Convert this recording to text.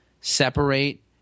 separate